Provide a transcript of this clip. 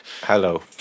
Hello